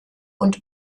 und